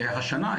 והשנה,